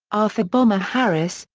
arthur bomber harris,